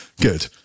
Good